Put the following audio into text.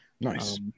Nice